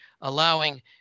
allowing